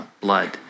blood